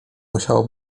musiało